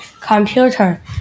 Computer